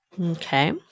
Okay